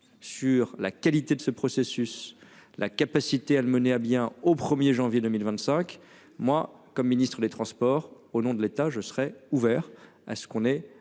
Sur la qualité de ce processus, la capacité à mener à bien, au 1er janvier 2025. Moi comme Ministre des transports au nom de l'état je serai ouvert à ce qu'on ait